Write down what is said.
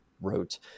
wrote